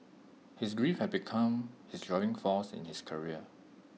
his grief had become his driving force in his career